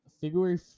February